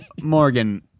Morgan